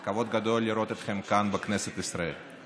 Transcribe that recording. כבוד גדול לראות אתכם כאן, בכנסת ישראל.